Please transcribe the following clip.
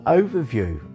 overview